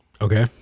Okay